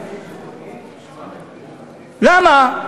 למה?